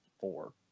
four